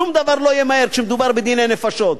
שום דבר לא יהיה מהר כשמדובר בדיני נפשות.